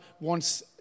wants